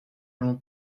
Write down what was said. l’on